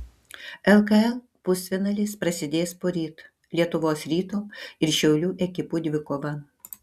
lkl pusfinalis prasidės poryt lietuvos ryto ir šiaulių ekipų dvikova